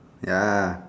ya